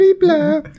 blah